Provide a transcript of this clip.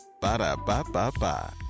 Ba-da-ba-ba-ba